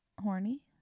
horny